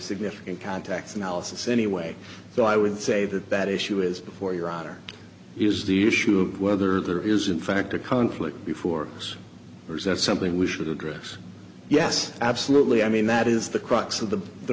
significant contacts analysis anyway so i would say that that issue is before your honor is the issue of whether there is in fact a conflict before us or is that something we should address yes absolutely i mean that is the crux of the the